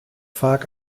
vaak